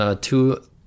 two